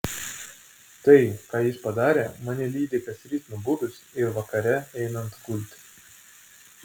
tai ką jis padarė mane lydi kasryt nubudus ir vakare einant gulti